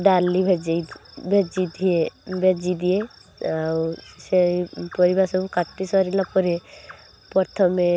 ଡାଲି ଭିଜେଇ ଭାଜି ଥିଏ ଭିଜେଇ ଦିଏ ଆଉ ସେଇ ପରିବା ସବୁ କାଟି ସାରିଲା ପରେ ପ୍ରଥମେ